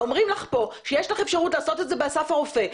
אומרים לך פה שיש לך אפשרות לעשות את זה באסף הרופא,